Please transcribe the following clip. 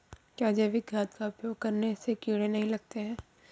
क्या जैविक खाद का उपयोग करने से कीड़े नहीं लगते हैं?